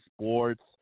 Sports